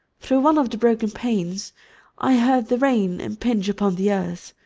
through one of the broken panes i heard the rain impinge upon the earth,